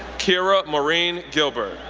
kiera moreen gilbert,